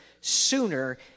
sooner